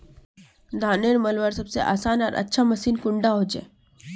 धानेर मलवार सबसे आसान आर अच्छा मशीन कुन डा होचए?